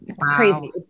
crazy